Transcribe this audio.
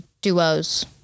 duos